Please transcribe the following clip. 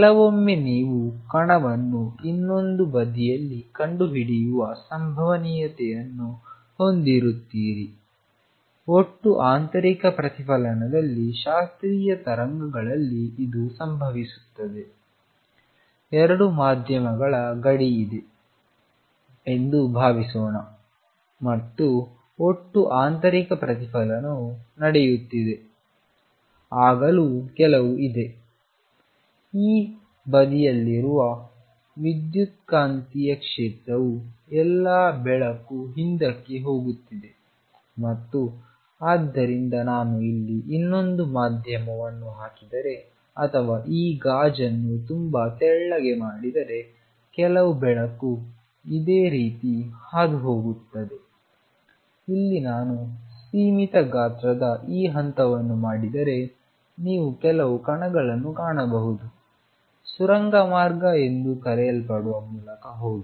ಕೆಲವೊಮ್ಮೆ ನೀವು ಕಣವನ್ನು ಇನ್ನೊಂದು ಬದಿಯಲ್ಲಿ ಕಂಡುಹಿಡಿಯುವ ಸಂಭವನೀಯತೆಯನ್ನು ಹೊಂದಿರುತ್ತೀರಿ ಒಟ್ಟು ಆಂತರಿಕ ಪ್ರತಿಫಲನದಲ್ಲಿ ಶಾಸ್ತ್ರೀಯ ತರಂಗಗಳಲ್ಲಿ ಇದು ಸಂಭವಿಸುತ್ತದೆ 2 ಮಾಧ್ಯಮಗಳ ಗಡಿ ಇದೆ ಎಂದು ಭಾವಿಸೋಣ ಮತ್ತು ಒಟ್ಟು ಆಂತರಿಕ ಪ್ರತಿಫಲನವು ನಡೆಯುತ್ತಿದೆ ಆಗಲೂ ಕೆಲವು ಇದೆ ಈ ಬದಿಯಲ್ಲಿರುವ ವಿದ್ಯುತ್ಕಾಂತೀಯ ಕ್ಷೇತ್ರವು ಎಲ್ಲಾ ಬೆಳಕು ಹಿಂದಕ್ಕೆ ಹೋಗುತ್ತಿದೆ ಮತ್ತು ಆದ್ದರಿಂದ ನಾನು ಇಲ್ಲಿ ಇನ್ನೊಂದು ಮಾಧ್ಯಮವನ್ನು ಹಾಕಿದರೆ ಅಥವಾ ಈ ಗಾಜನ್ನು ತುಂಬಾ ತೆಳ್ಳಗೆ ಮಾಡಿದರೆ ಕೆಲವು ಬೆಳಕು ಇದೇ ರೀತಿ ಹಾದುಹೋಗುತ್ತದೆ ಇಲ್ಲಿ ನಾನು ಸೀಮಿತ ಗಾತ್ರದ ಈ ಹಂತವನ್ನು ಮಾಡಿದರೆ ನೀವು ಕೆಲವು ಕಣಗಳನ್ನು ಕಾಣಬಹುದು ಸುರಂಗ ಮಾರ್ಗ ಎಂದು ಕರೆಯಲ್ಪಡುವ ಮೂಲಕ ಹೋಗಿ